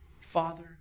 Father